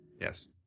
Yes